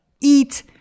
EAT